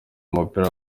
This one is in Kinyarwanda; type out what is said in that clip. w’umupira